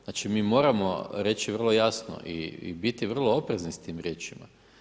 Znači mi moramo reći vrlo jasno i biti vrlo oprezni s tim riječima.